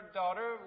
daughter